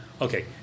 Okay